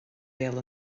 béal